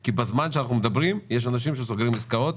כי בזמן שאנחנו מדברים יש אנשים שסוגרים עסקאות.